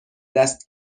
دست